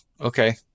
okay